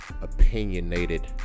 opinionated